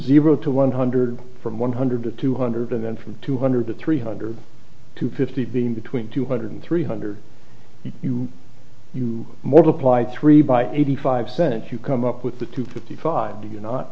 zero to one hundred from one hundred to two hundred and then from two hundred to three hundred fifty being between two hundred three hundred you you more apply three by eighty five percent you come up with the two fifty five do you not